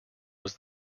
was